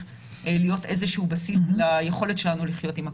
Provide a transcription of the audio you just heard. להיות איזשהו בסיס ליכולת שלנו לחיות עם הקורונה.